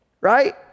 Right